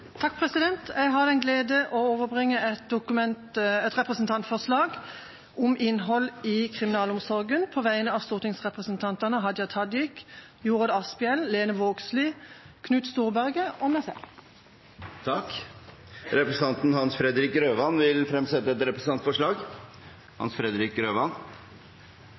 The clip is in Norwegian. Jeg har den glede å overbringe et representantforslag om innhold i kriminalomsorgen på vegne av stortingsrepresentantene Hadia Tajik, Jorodd Asphjell, Lene Vågslid, Knut Storberget og meg selv. Representanten Hans Fredrik Grøvan vil fremsette et representantforslag.